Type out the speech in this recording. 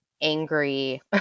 angry